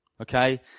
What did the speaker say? Okay